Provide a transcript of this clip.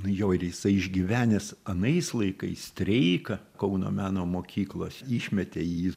jo ir jisai išgyvenęs anais laikais streiką kauno meno mokyklos išmetė jį